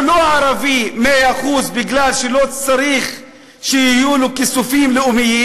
הוא לא ערבי מאה אחוז מפני שלא צריך שיהיו לו כיסופים לאומיים,